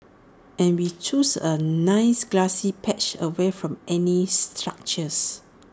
and we chose A nice grassy patch away from any structures